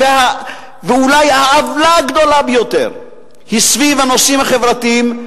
ואולי העוולה הגדולה ביותר היא סביב הנושאים החברתיים.